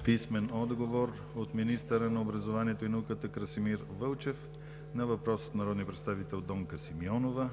Стоилов; - министъра на образованието и науката Красимир Вълчев на въпрос от народния представител Донка Симеонова;